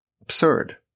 absurd